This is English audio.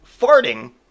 farting